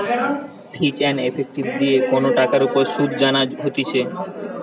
ফিচ and effective দিয়ে কন টাকার উপর শুধ জানা হতিছে